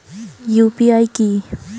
UPI কি?